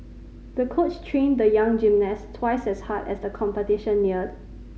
the coach trained the young gymnast twice as hard as the competition neared